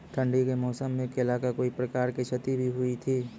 ठंडी के मौसम मे केला का कोई प्रकार के क्षति भी हुई थी?